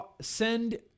send